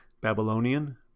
Babylonian